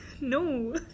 no